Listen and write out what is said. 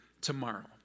tomorrow